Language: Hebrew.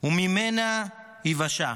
וממנה יִוׇשֵעַ".